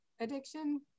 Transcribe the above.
addiction